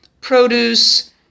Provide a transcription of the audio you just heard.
produce